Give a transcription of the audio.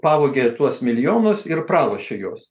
pavogė tuos milijonus ir pralošė juos